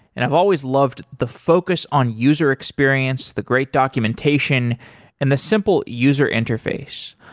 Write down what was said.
and i've always loved the focus on user experience, the great documentation and the simple user interface.